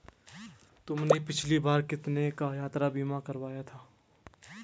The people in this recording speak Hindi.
तुमने पिछली बार कितने का यात्रा बीमा करवाया था?